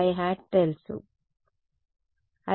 విద్యార్థి పూర్తి మైనస్ గుర్తు